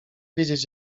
wiedzieć